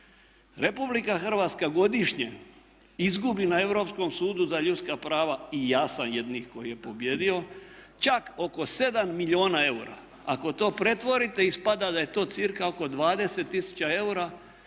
Republika Hrvatska godišnje izgubi na Europskom sudu za ljudska prava i ja sam jedan koji je pobijedio čak oko 7 milijuna eura. Ako to pretvorite ispada da je to cirka oko 20 000 eura,